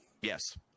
Yes